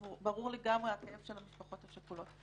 ברור לגמרי הכאב של המשפחות השכולות.